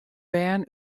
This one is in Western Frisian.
bern